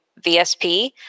VSP